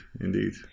indeed